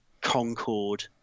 Concord